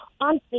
on